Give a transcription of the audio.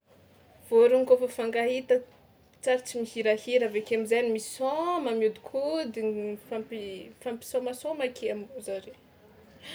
Vôrono kaofa fankahita tsary tsy misy hirahira avy akeo am'zainy misaoma mihodinkodigny m- mifampi- mifampisaomasaoma ake amin'io zare.